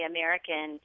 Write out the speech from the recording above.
American